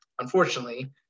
unfortunately